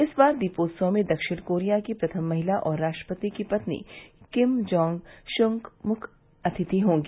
इस बार दीपोत्सव में दक्षिण कोरिया की प्रथम महिला और राष्ट्रपति की पत्नी किम जांग शुर्क मुख्य अतिथि होंगी